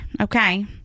okay